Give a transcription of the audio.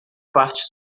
parte